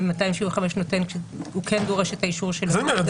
ש-275 כן דורש את האישור של --- את